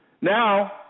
Now